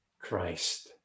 Christ